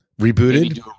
rebooted